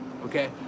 Okay